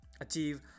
achieve